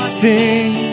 sting